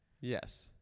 yes